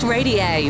Radio